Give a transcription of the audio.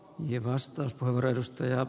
arvoisa puhemies